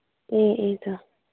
ꯑꯦ ꯑꯦꯗ